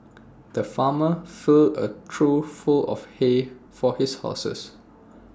the farmer filled A trough full of hay for his horses